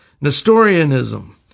Nestorianism